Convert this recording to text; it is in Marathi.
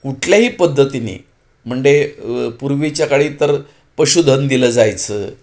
कुठल्याही पद्धतीने म्हंडे पूर्वीच्या काळी तर पशुधन दिलं जायचं